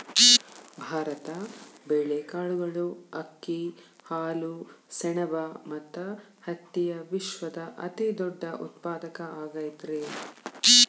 ಭಾರತ ಬೇಳೆ, ಕಾಳುಗಳು, ಅಕ್ಕಿ, ಹಾಲು, ಸೆಣಬ ಮತ್ತ ಹತ್ತಿಯ ವಿಶ್ವದ ಅತಿದೊಡ್ಡ ಉತ್ಪಾದಕ ಆಗೈತರಿ